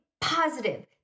positive